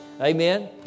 Amen